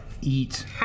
Eat